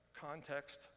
context